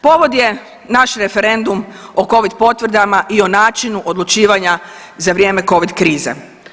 Povod je naš referendum o Covid potvrdama i o načinu odlučivanja za vrijeme Covid krize.